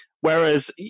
whereas